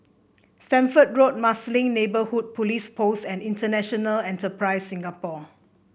Stamford Road Marsiling Neighbourhood Police Post and International Enterprise Singapore